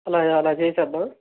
అలా అలా చేసేద్దాం